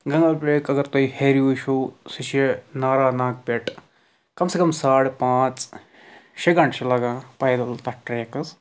گَنٛگبَل اَگر تُہۍ ہیٚرِ وٕچھُو سُہ چھِ نارا ناگ پٮ۪ٹھ کم سے کم ساڑٕ پانٛژھ شےٚ گھنٛٹہٕ چھِ لَگان پایدَل تَتھ کرٛیکَس